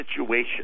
situation